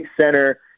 center